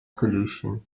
solution